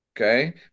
Okay